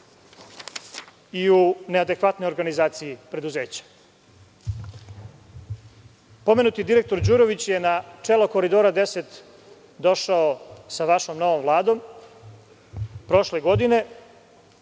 i u neadekvatnoj organizaciji preduzeća? Pomenuti direktor Đurović je na čelo Koridora 10 došao sa vašom novom Vladom, prošle godine.